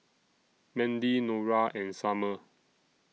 Mandy Nora and Summer